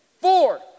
Four